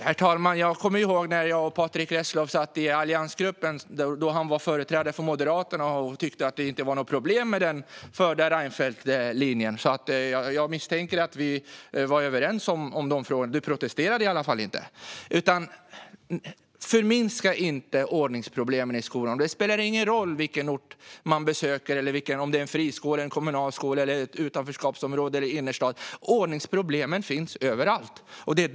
Herr talman! Jag kommer ihåg när jag och Patrick Reslow satt i alliansgruppen, då han var företrädare för Moderaterna och inte tyckte att det var något problem med den förda Reinfeldtlinjen. Jag misstänker att vi var överens om de frågorna. Du protesterade i alla fall inte, Patrick Reslow. Förminska inte ordningsproblemen i skolan. Det spelar ingen roll vilken ort man besöker, om det är en friskola eller kommunal skola, i ett utanförskapsområde eller i innerstad. Ordningsproblemen finns överallt.